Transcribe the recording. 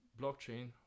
blockchain